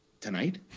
tonight